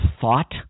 thought